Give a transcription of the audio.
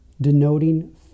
denoting